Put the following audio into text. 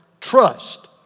trust